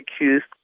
accused